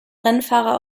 rennfahrer